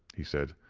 he said.